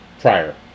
prior